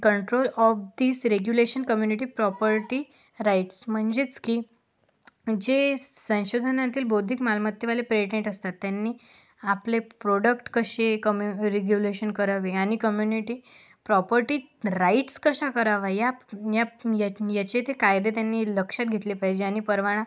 control of these regulation community property rights म्हणजेच की जे संशोधनातील बौद्धिक मालमत्तेवाले पेटेन्ट असतात त्यांनी आपले प्रॉडक्ट कसे कमी रेग्युलेशन करावे आणि कम्यूनिटी प्रॉपर्टी राइट्स कशा कराव्यात याप याप ह्या ह्याचे ते कायदे त्यांनी लक्षात घेतले पाहिजे आणि परवाना